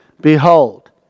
Behold